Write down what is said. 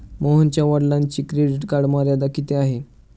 मोहनच्या वडिलांची credit card मर्यादा किती आहे?